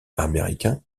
américain